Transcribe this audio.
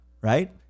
right